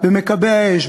במכבי האש,